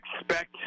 expect